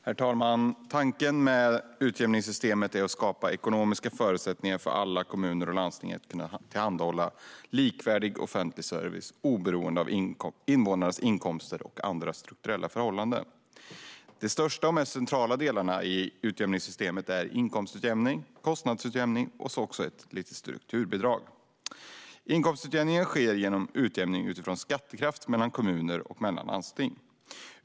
Herr talman! Tanken med utjämningssystemet är att skapa ekonomiska förutsättningar för alla kommuner och landsting att kunna tillhandahålla likvärdig offentlig service oberoende av invånarnas inkomster och andra strukturella förhållanden. De största och mest centrala delarna i utjämningssystemet är inkomstutjämning, kostnadsutjämning och ett strukturbidrag. Inkomstutjämningen sker genom utjämning utifrån skattekraft mellan kommuner och mellan landsting.